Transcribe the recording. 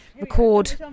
record